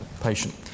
patient